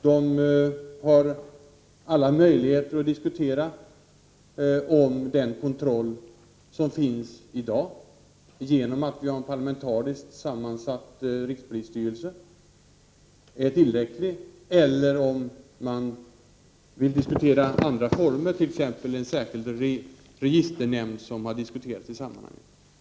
De har alla möjligheter att diskutera om den kontroll som finns i dag till följd av att vi har en parlamentariskt sammansatt rikspolisstyrelse är tillräcklig eller om andra former bör diskuteras, t.ex. en särskild registernämnd, som har diskuterats i sammanhanget.